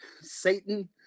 Satan